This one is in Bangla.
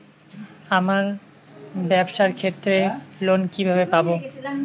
আমার ব্যবসার ক্ষেত্রে লোন কিভাবে পাব?